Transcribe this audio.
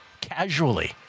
Casually